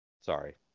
sorry